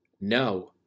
No